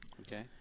Okay